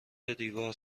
دیوار